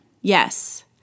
yes